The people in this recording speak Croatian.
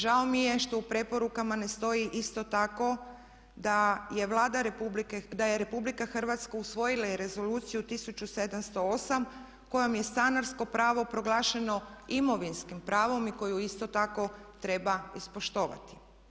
Žao mi je što u preporukama ne stoji isto tako da je RH usvojila i Rezoluciju 1708 kojom je stanarsko pravo proglašeno imovinskim pravom i koju isto tako treba ispoštovati.